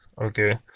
okay